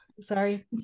sorry